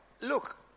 look